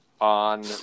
on